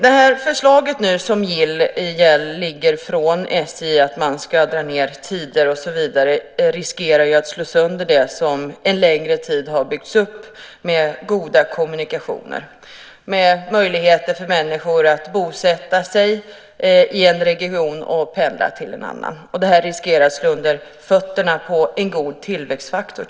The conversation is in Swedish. Det förslag som nu ligger från SJ om att dra ned på tider och så vidare riskerar att slå sönder det som under en längre tid har byggts upp, med goda kommunikationer, med möjligheter för människor att bosätta sig i en region och pendla till en annan. Det riskerar att slå undan fötterna på en god tillväxtfaktor.